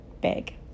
big